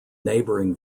neighbouring